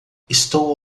estou